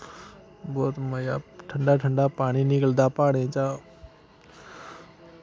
बोह्त मजा ठंडा ठंडा पानी निकलदा प्हाड़ें चा